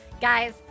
Guys